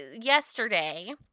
yesterday